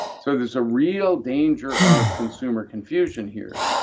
so there's a real danger of consumer confusion here.